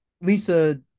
Lisa